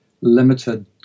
limited